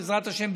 בעזרת השם,